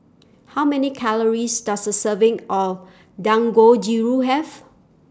How Many Calories Does A Serving of Dangojiru Have